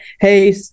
hey